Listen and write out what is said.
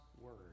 word